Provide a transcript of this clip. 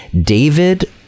David